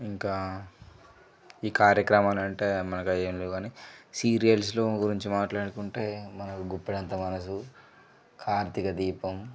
ఇంకా ఈ కార్యక్రమాలంటే మనకి అవేమి లేవు గానీ సీరియల్స్లో గురించి మాట్లాడుకుంటే మనకు గుప్పెడంత మనసు కార్తీక దీపం